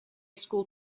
school